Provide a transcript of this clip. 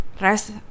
rest